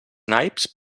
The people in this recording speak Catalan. naips